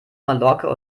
mallorca